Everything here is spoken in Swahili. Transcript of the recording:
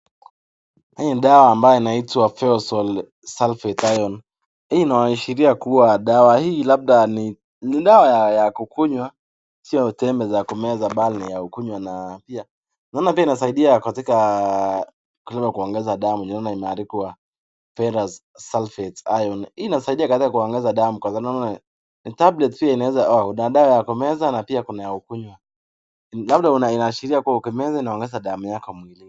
Hii ni dawa ambayo inaitwa Ferrous Sulphate Ion . Hii inaashiria kuwa dawa hii labda ni ni dawa ya kunywa, sio tembe za kumeza bali ni ya kunywa na pia naona pia inasaidia katika kuweza kuongeza damu. Naona imeandikwa Ferrous Sulphate Ion . Inasaidia katika kuongeza damu kwa sababu naona ni tablet pia inaweza una dawa ya kumeza na pia kuna ya kunywa. Labda unaashiria kuwa ukimeza inaongeza damu yako mwilini.